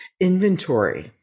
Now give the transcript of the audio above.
inventory